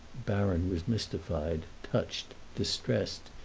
baron was mystified, touched, distressed,